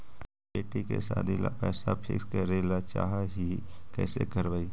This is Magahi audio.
बेटि के सादी ल पैसा फिक्स करे ल चाह ही कैसे करबइ?